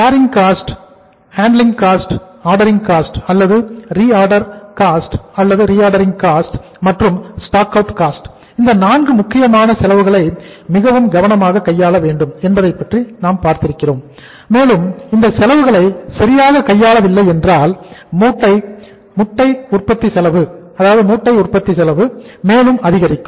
carrying cost இந்த நான்கு முக்கியமான செலவுகளை மிகவும் கவனமாக கையாள வேண்டும் என்பதைப்பற்றி நாம் பார்த்தோம் மேலும் இந்த செலவுகளை சரியாக கையாளவில்லை என்றால் முட்டை உற்பத்தி செலவு மேலும் அதிகரிக்கும்